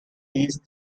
these